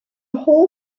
whole